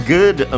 Good